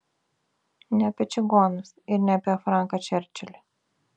ne apie čigonus ir ne apie franką čerčilį